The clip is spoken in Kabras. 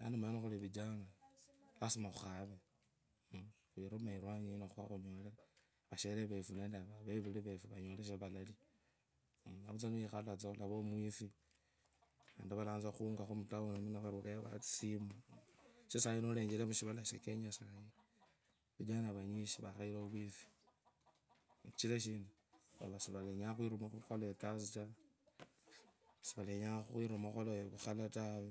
Yani manye nikhuri vijana lazima khukhare khurume iwanyi khakhunyolee vashere refu nende vevur vefu khavayole shavalalia lavutsu niwikhala tsaa vantu valatsa khukwivakho mutown vasu olevanga tsisendei kachiru nolenyera mushivali shakenya shinu vijina vanyanji vakhayire ouifwi sichira shina? Sifalenyonga khwiruma khukhuka ekasi tau siralenyaa khwimuma khokhola rukhala tawe